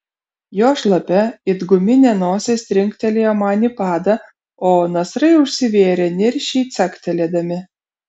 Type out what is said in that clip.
jo šlapia it guminė nosis trinktelėjo man į padą o nasrai užsivėrė niršiai caktelėdami